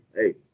hey